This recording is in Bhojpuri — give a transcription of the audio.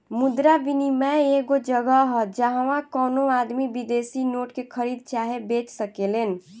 मुद्रा विनियम एगो जगह ह जाहवा कवनो आदमी विदेशी नोट के खरीद चाहे बेच सकेलेन